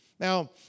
Now